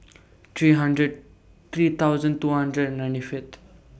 three hundred three thousand two hundred and ninety Fifth